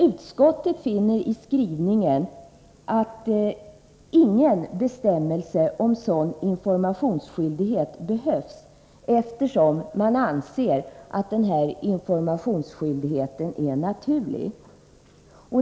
Utskottet säger i sin skrivning att ingen bestämmelse om sådan informationsskyldighet behövs, eftersom man anser den skyldigheten vara naturlig.